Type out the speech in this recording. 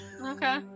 Okay